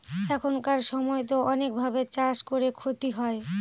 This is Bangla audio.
এখানকার সময়তো অনেক ভাবে চাষ করে ক্ষতি হয়